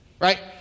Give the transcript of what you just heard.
right